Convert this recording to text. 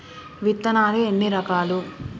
విత్తనాలు ఎన్ని రకాలు?